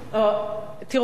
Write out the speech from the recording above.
תראו,